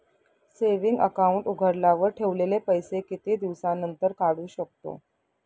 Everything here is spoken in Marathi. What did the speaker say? सेविंग अकाउंट उघडल्यावर ठेवलेले पैसे किती दिवसानंतर काढू शकतो?